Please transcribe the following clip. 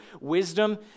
wisdom